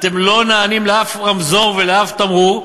אתם לא נענים לאף רמזור ולאף תמרור,